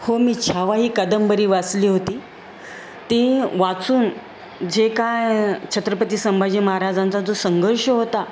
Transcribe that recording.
हो मी छावा ही कादंबरी वाचली होती ती वाचून जे काय छत्रपती संभाजी महाराजांचा जो संघर्ष होता